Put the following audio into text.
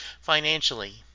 financially